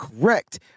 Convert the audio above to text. correct